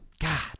God